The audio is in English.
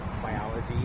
biology